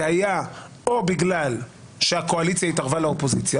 זה היה או בגלל שהקואליציה התערבה לאופוזיציה